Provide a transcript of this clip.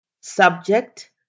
Subject